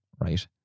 right